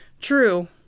True